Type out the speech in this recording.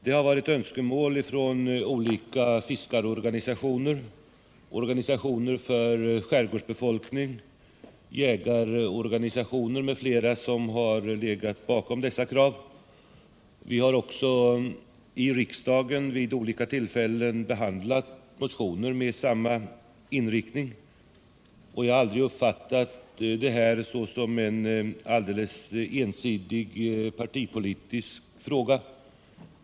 Det har varit önskemål från olika fiskarorganisationer, organisationer för skärgårdsbefolkningen, jägarorganisationer m.fl., som har legat bakom dessa krav. Vi har också i riksdagen vid olika tillfällen behandlat motioner med samma inriktning, och jag har aldrig uppfattat detta som en alldeles ensidig, partipolitisk fråga.